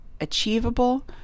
Achievable